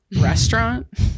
restaurant